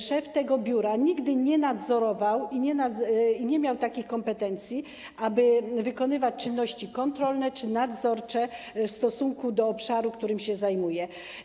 Szef tego biura nigdy nie nadzorował i nie miał takich kompetencji, aby wykonywać czynności kontrolne czy nadzorcze w stosunku do obszaru, którym się zajmuje.